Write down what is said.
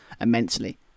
immensely